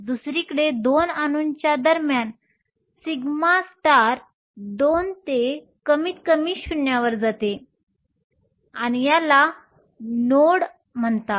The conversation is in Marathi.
दुसरीकडे 2 अणूंच्या दरम्यान σ 2 ते कमीतकमी शून्यावर जाते आणि याला नोड म्हणतात